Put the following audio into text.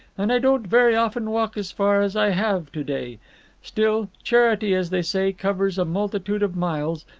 and i don't very often walk as far as i have to-day. still charity, as they say, covers a multitude of miles,